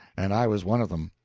and i was one of them.